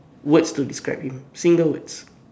words to describe him single words